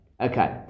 Okay